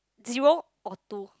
zero or two